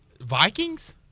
vikings